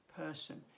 person